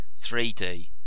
3D